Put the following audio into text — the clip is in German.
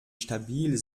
stabil